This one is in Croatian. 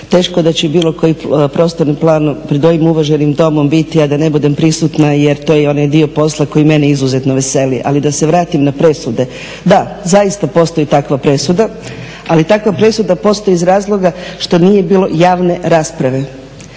teško da će bilo koji prostorni plan pred ovim uvaženim Domom biti, a da ne budem prisutna jer to je onaj dio posla koji mene izuzetno veseli. Ali da se vratim na presude. Da, zaista postoji takva presuda, ali takva presuda postoji iz razloga što nije bilo javne rasprave.